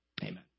Amen